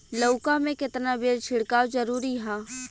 लउका में केतना बेर छिड़काव जरूरी ह?